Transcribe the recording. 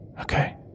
Okay